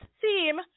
theme